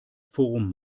forum